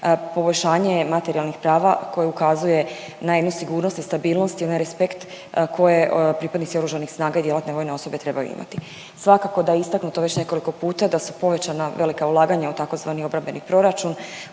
Poboljšanje materijalnih prava koje ukazuje na jednu sigurnost i stabilnost i onaj respekt koje pripadnici Oružanih snaga i djelatne vojne osobe trebaju imati. Svakako da je istaknuto već nekoliko puta da su povećana velika ulaganja u tzv. obrambeni proračun